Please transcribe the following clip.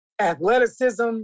athleticism